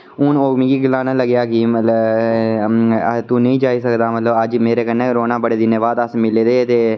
हून ओह् मिगी गलाने लग्गेआ कि मतलब तू नि जाई सकदा मतलब अज्ज मेरे कन्नै गै रौह्ना बड़े दिनें बाद अस मिले दे ते ऐ